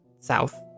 south